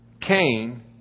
Cain